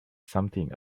something